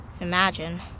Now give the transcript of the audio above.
Imagine